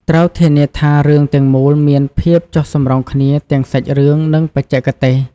ត្រូវធានាថារឿងទាំងមូលមានភាពចុះសម្រុងគ្នាទាំងសាច់រឿង និងបច្ចេកទេស។